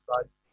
guys